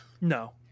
No